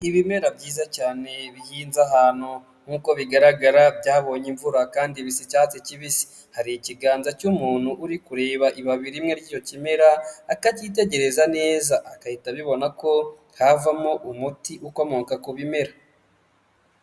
Ibimera byiza cyane bihinze ahantu nk'uko bigaragara byabonye imvura kandi bisa icyatsi kibisi, hari ikiganza cy'umuntu uri kureba ibababi rimwe ry'icyo kimera akacyitegereza neza, agahita abibona ko havamo umuti ukomoka ku bimera.